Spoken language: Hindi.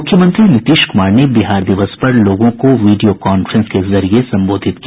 मूख्यमंत्री नीतीश क्मार ने बिहार दिवस पर लोगों का वीडियो कांफ्रेंस के जरिये संबोधित किया